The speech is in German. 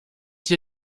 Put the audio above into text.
dir